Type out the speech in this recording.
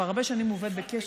כבר הרבה שנים הוא עובד בקשת.